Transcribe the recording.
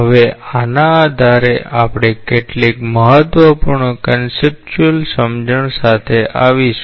હવે આના આધારે આપણે કેટલીક મહત્વપૂર્ણ કન્સેપ્ટયુઅલ સમજણ સાથે આવીશું